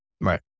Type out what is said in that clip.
Right